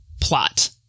plot